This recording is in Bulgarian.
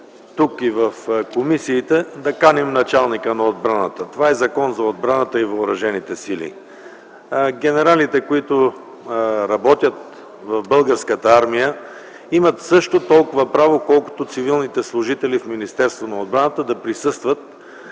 тук и в комисията да каним началника на отбраната. Това е Закон за отбраната и въоръжените сили. Генералите, които работят в Българската армия, имат също толкова хора, колкото цивилните служители в Министерство на отбраната да присъстват